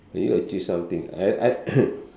will you achieve something I I